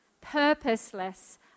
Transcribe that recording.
purposeless